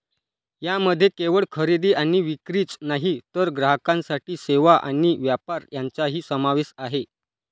यामध्ये केवळ खरेदी आणि विक्रीच नाही तर ग्राहकांसाठी सेवा आणि व्यापार यांचाही समावेश आहे